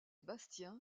bastien